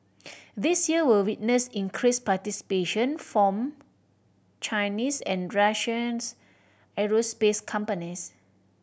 this year will witness increased participation from Chinese and Russians aerospace companies